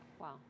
Wow